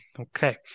okay